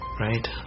right